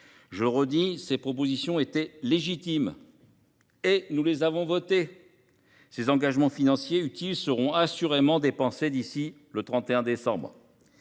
le redis, ces propositions étaient légitimes et nous les avons votées ; ces engagements financiers utiles seront assurément dépensés d’ici au 31 décembre.